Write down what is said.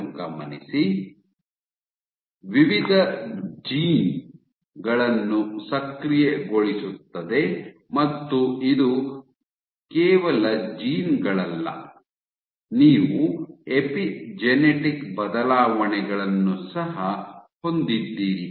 ಮತ್ತು ವಿವಿಧ ಜೀನ್ ಗಳನ್ನು ಸಕ್ರಿಯಗೊಳಿಸುತ್ತದೆ ಮತ್ತು ಇದು ಕೇವಲ ಜೀನ್ ಗಳಲ್ಲ ನೀವು ಎಪಿಜೆನೆಟಿಕ್ ಬದಲಾವಣೆಗಳನ್ನು ಸಹ ಹೊಂದಿದ್ದೀರಿ